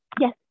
Yes